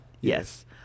yes